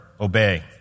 Obey